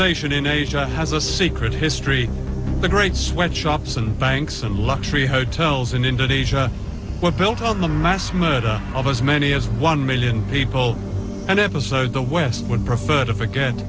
globalization in asia has a secret history the great sweat shops and banks and luxury hotels in indonesia were built on the mass murder of as many as one million people an episode the west would prefer to forget